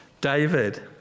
David